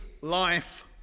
life